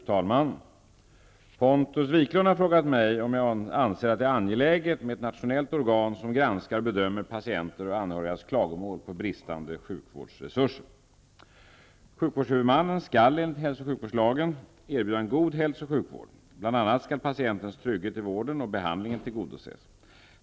Fru talman! Pontus Wiklund har frågat mig om jag anser att det är angeläget med ett nationellt organ som granskar och bedömer patienters och anhörigas klagomål på bristande sjukvårdsresurser. Sjukvårdshuvudmannen skall enligt hälso och sjukvårdslagen erbjuda en god hälsooch sjukvård. Bl. a. skall patientens trygghet i vården och behandlingen tillgodoses.